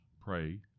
pray